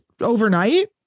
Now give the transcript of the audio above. Overnight